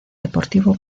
deportivo